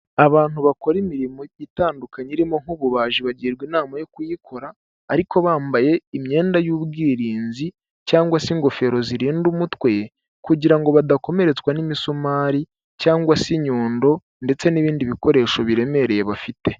Abantu bakora imirimo itandukanye irimo nk'ububaji bagirwa inama yo kuyikora ariko bambaye imyenda y'ubwirinzi cyangwa se ingofero zirinda umutwe kugira ngo badakomeretswa n'imisumari cyangwa se inyundo ndetse n'ibindi bikoresho biremereye bafite.